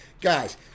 Guys